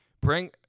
bring